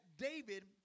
David